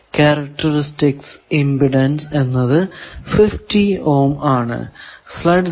characteristic impedance എന്നത് 50 ohm ആണ്